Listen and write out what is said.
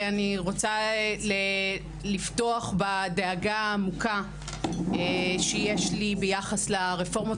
אני רוצה לפתוח בדאגה עמוקה שיש לי ביחס לרפורמות